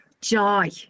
joy